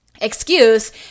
excuse